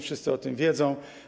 Wszyscy o tym wiedzą.